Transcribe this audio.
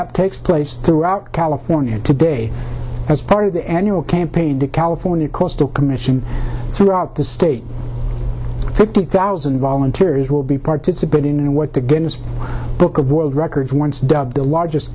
up takes place throughout california today as part of the annual campaign to california coastal commission throughout the state fifty thousand volunteers will be participating in what the guinness book of world records once dubbed the largest